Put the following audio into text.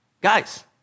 Guys